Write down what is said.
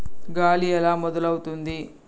గాలి ఎలా మొదలవుతుంది?